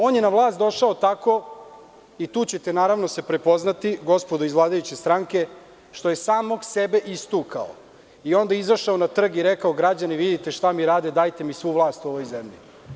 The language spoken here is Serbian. On je na vlast došao tako i tu ćete se prepoznati, gospodo iz vladajuće stranke, što je samog sebe istukao i onda izašao na trg i rekao – građani, vidite šta mi rade, dajte mi svu vlast u ovoj zemlji.